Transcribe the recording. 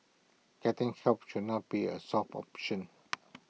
getting help should not be A soft option